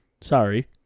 Sorry